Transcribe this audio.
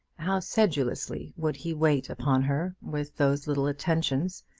how sedulously would he wait upon her with those little attentions,